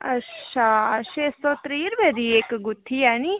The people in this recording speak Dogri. अच्छा छे सौ त्रीह् रपेऽ दी इक गुत्थी ऐ ऐह्नी